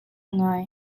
ngai